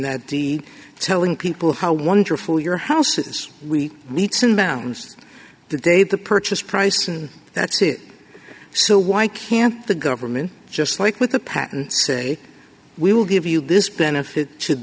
that d telling people how wonderful your houses we need some mountains the day the purchase price and that's it so why can't the government just like with the patent say we will give you this benefit should